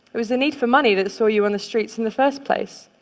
it was the need for money that saw you in the streets in the first place.